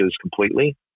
completely